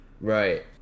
Right